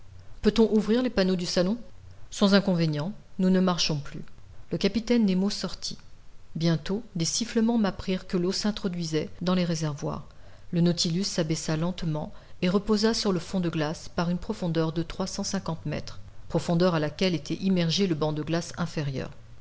peut-on ouvrir les panneaux du salon sans inconvénient nous ne marchons plus le capitaine nemo sortit bientôt des sifflements m'apprirent que l'eau s'introduisait dans les réservoirs le nautilus s'abaissa lentement et reposa sur le fond de glace par une profondeur de trois cent cinquante mètres profondeur à laquelle était immergé le banc de glace inférieur